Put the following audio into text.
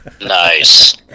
Nice